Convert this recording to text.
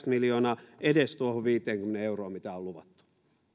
miljoonaa edes tuohon viiteenkymmeneen euroon mitä on luvattu